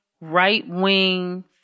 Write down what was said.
right-wing